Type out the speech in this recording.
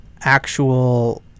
actual